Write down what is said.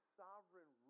sovereign